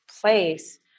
place